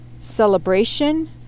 celebration